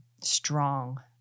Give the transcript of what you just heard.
strong